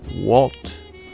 Walt